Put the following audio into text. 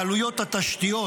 בעלויות התשתיות,